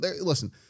Listen